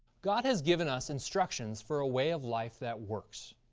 god has given us instructions for a way of life that works.